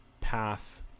path